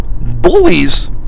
bullies